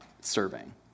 serving